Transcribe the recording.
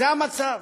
זה המצב,